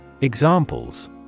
Examples